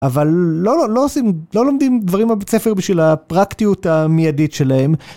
אבל לא עושים, לא לומדים דברים על בית ספר בשביל הפרקטיות המיידית שלהם.